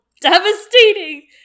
devastating